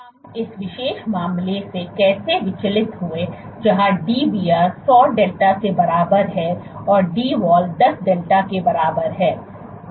हम इस विशेष मामले से कैसे विचलित हुए जहां Dbr १०० डेल्टा के बराबर है और Dwall १० डेल्टा के बराबर है